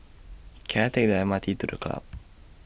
Can I Take The M R T to The Club